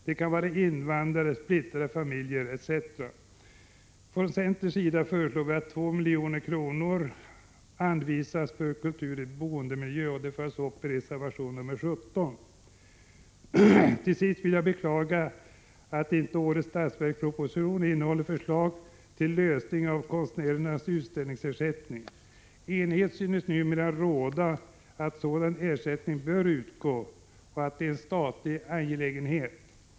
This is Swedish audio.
Det kan vara invandrare, splittrade familjer m.fl. Från centern föreslår vi att 2 milj.kr. anvisas för kultur i boendemiljön, och detta följs upp i reservation 17. Jag beklagar att inte årets budgetproposition innehåller förslag till lösning av konstnärernas utställningsersättning. Enighet synes numera råda om att sådan ersättning bör utgå och att det är en statlig angelägenhet.